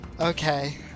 Okay